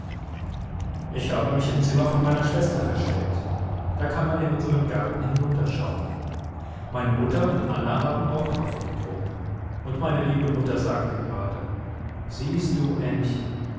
ich habe mich im zimmer von meiner schwester versteckt da kann man in unseren garten hinunterschauen meine mutter und anna haben auch kaffee getrunken und meine liebe mutter sagte gerade siehst du ännchen